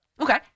Okay